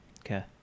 Okay